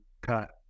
cut